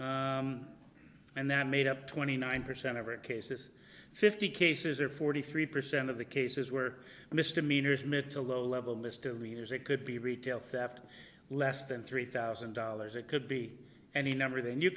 misdemeanors and that made up twenty nine percent average cases fifty cases or forty three percent of the cases were misdemeanors mid to low level misdemeanors it could be retail theft less than three thousand dollars it could be any number than you